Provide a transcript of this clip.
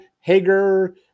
Hager